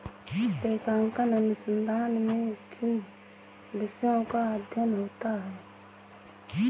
लेखांकन अनुसंधान में किन विषयों का अध्ययन होता है?